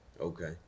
okay